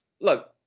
Look